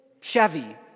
Chevy